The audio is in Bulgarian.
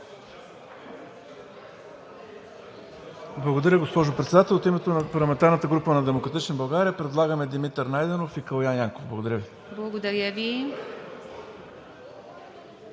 Благодаря, госпожо Председател. От името на парламентарната група на „Демократична България“ предлагаме Димитър Найденов и Калоян Янков. Благодаря Ви. ПРЕДСЕДАТЕЛ